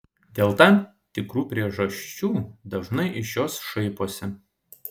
dėl tam tikrų priežasčių dažnai iš jos šaiposi